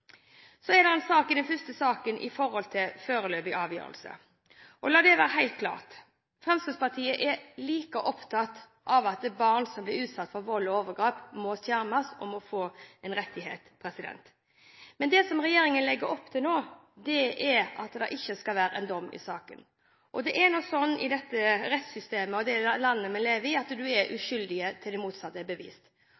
Så gjelder det noe i den første saken, det som dreier seg om «foreløpig avgjørelse». La det være helt klart: Fremskrittspartiet er like opptatt av at barn som blir utsatt for vold og overgrep, må skjermes og må få retttigheter. Men det som regjeringen legger opp til nå, er at det ikke skal være dom i saken. Og det er jo slik i dette rettssystemet og i det landet vi lever i, at en er